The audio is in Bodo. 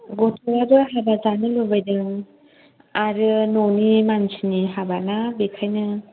गथ'आ जा हाबा जानो लुबैदों आरो न'नि मानसिनि हाबाना बेखायनो